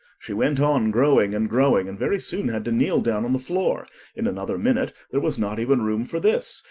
she went on growing and growing, and very soon had to kneel down on the floor in another minute there was not even room for this,